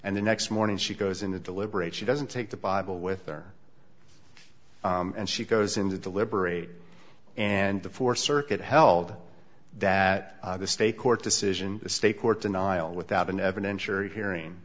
and the next morning she goes into deliberate she doesn't take the bible with her and she goes in to deliberate and the fourth circuit held that the state court decision the state court denial without an evidentiary hearing